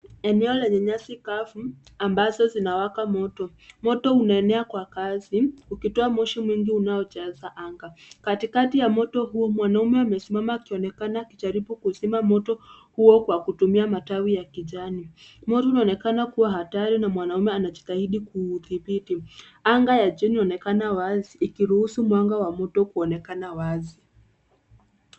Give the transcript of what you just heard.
Eneo lenye nyasi kavu, ambazo zinawaka moto. Moto unaenea kwa kasi, ukitoa moshi mwingi unaojaza anga. Katikati ya moto huo, mwanamume amesimama akionekana akijaribu kuzima moto huo kwa kutumia matawi ya kijani. Moto unaonekana kuwa hatari na mwanamume anajitahidi kuthibiti. Anga la juu linaonekana wazi, likiruhusu mwanga wa moto kuonekana wazi.